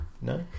No